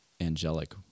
angelic